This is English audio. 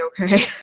okay